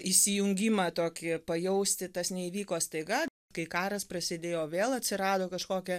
įsijungimą tokį pajausti tas neįvyko staiga kai karas prasidėjo vėl atsirado kažkokia